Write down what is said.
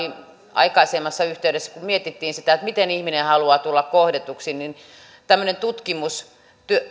aikaisemmassa yhteydessä kun mietittiin sitä miten ihminen haluaa tulla kohdatuksi oli tämmöinen tutkimus